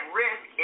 risk